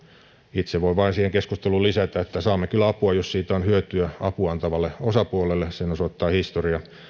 itse voin vain siihen keskusteluun lisätä että saamme kyllä apua jos siitä on hyötyä apua antavalle osapuolelle sen osoittaa historia